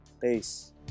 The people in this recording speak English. peace